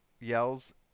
yells